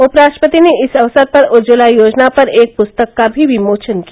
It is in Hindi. उप राष्ट्रपति ने इस अवसर पर उज्ज्वला योजना पर एक पुस्तक का भी विमोचन किया